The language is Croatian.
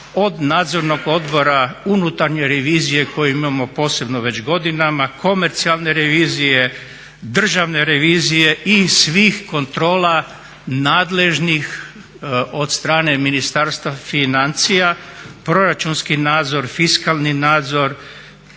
od nadzornog odbora, unutarnje revizije koju imamo posebno već godinama, komercijalne revizije, državne revizije i svih kontrola nadležnih od strane Ministarstva financija, proračunski nadzor, fiskalni nadzor